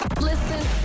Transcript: Listen